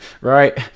Right